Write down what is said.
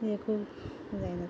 हें करूंक जायना